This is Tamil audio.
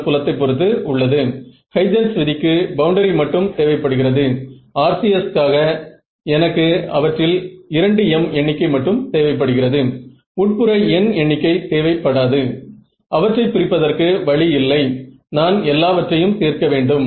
அது சரி நான் ரியாக்டிவ் பகுதிகளை பார்க்கும்போது மேலும் சுவாரஸ்யமானவை இங்கே நடக்கின்றன